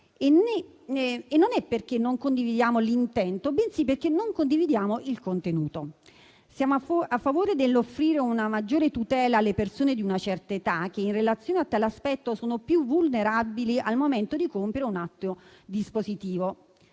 non perché non ne condividiamo l'intento, bensì perché non ne condividiamo il contenuto. Siamo a favore dell'offrire una maggiore tutela alle persone di una certa età, che in relazione a tale aspetto sono più vulnerabili al momento di compiere un atto dispositivo.